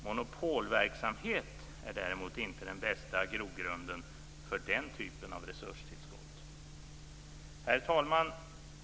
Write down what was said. Monopolverksamhet däremot är inte den bästa grogrunden för den typen av resurstillskott. Herr talman!